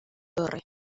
torre